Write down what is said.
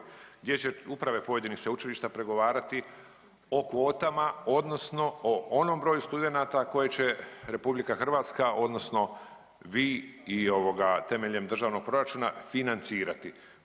gdje će uprave pojedinih sveučilišta pregovarati o kvotama, odnosno o onom broju studenata koje će Republika Hrvatska, odnosno vi i temeljem državnog proračuna financirati.